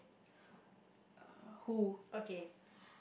uh who